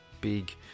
big